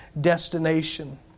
destination